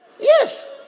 Yes